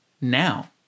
now